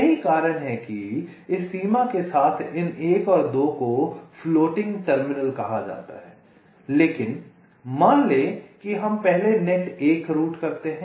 यही कारण है कि इस सीमा के साथ इन 1 और 2 को फ़्लोटिंग टर्मिनल कहा जाता है लेकिन मान लें कि हम पहले नेट 1 रूट करते हैं